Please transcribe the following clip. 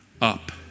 up